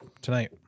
tonight